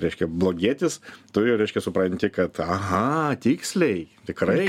reiškia blogietis tu jau reiškia supranti kad aha tiksliai tikrai